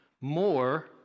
more